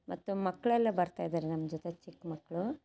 ಮತ್ತು ಮಕ್ಕಳೆಲ್ಲ ಬರ್ತಾ ಇದಾರೆ ನಮ್ಮ ಜೊತೆ ಚಿಕ್ಕ ಮಕ್ಕಳು